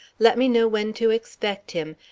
let me know when to expect him,